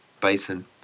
bison